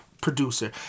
producer